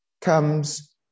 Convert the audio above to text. comes